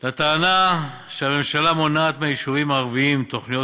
לטענה שהממשלה מונעת מהיישובים הערביים תוכניות